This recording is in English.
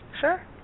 Sure